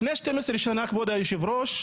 לפני 12 שנה, כבוד היושב-ראש,